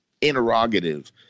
interrogative